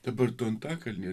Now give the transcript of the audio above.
dabar antakalnyje